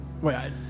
wait